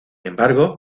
embargo